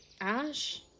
Ash